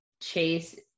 Chase